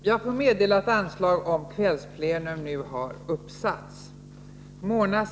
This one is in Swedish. Jag får meddela att anslag om kvällsplenum nu har uppsatts.